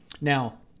now